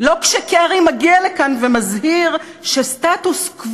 לא כשקרי מגיע לכאן ומזהיר שסטטוס-קוו